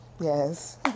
Yes